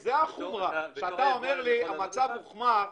כשאתה אומר לי שהמצב הוחמר,